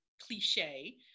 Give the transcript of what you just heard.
cliche